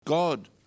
God